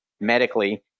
medically